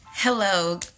Hello